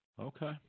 Okay